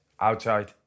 outside